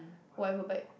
whatever but